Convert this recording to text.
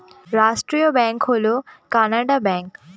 রাষ্ট্রায়ত্ত ব্যাঙ্ক হল কানাড়া ব্যাঙ্ক